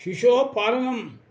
शिशोः पालनम्